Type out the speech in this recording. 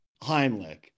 Heimlich